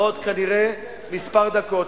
בעוד כנראה כמה דקות,